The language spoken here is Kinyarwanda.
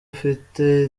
ufite